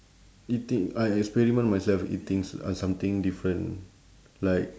eating I experiment myself eating s~ uh something different like